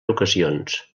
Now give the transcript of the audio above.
ocasions